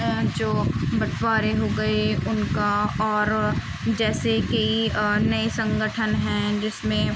جو بٹوارے ہو گئے ان کا اور جیسے کی نئے سنگٹھن ہیں جس میں